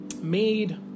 made